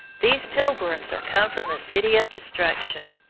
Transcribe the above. these pilgrims are come from the city of destruction,